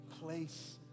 Place